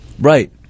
Right